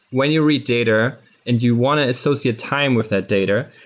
when you read data and you want to associate time with that data,